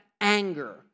anger